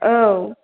औ